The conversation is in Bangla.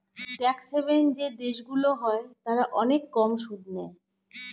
ট্যাক্স হেভেন যেই দেশগুলো হয় তারা অনেক কম সুদ নেয়